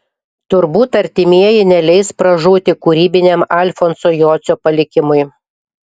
turbūt artimieji neleis pražūti kūrybiniam alfonso jocio palikimui